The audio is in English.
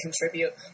contribute